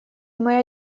моя